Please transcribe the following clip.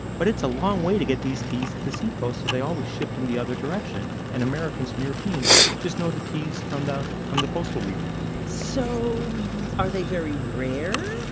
but it's a long way to get these teas to the sea coast, so they always shipped them the other direction. and americans and europeans just know the teas from the from the coastal regions so are they very rare?